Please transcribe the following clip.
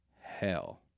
hell